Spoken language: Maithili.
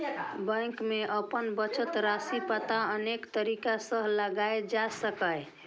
बैंक मे अपन बचत राशिक पता अनेक तरीका सं लगाएल जा सकैए